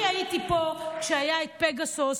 אני הייתי פה כשהיה את פגסוס,